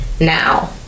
now